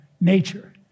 nature